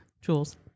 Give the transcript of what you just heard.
jules